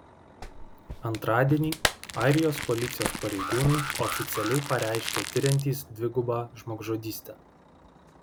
antradienį airijos policijos pareigūnai oficialiai pareiškė tiriantys dvigubą žmogžudystę